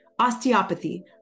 Osteopathy